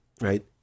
Right